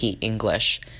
English